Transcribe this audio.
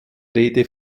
rede